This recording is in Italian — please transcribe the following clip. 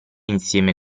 insieme